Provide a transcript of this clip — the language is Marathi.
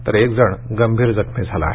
तर एक जण गंभीर जखमी झाला आहे